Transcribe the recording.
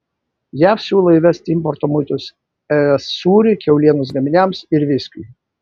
jav siūlo įvesti importo muitus es sūriui kiaulienos gaminiams ir viskiui